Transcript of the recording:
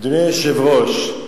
אדוני היושב-ראש,